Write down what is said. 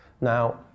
Now